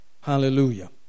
Hallelujah